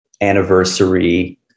anniversary